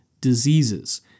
diseases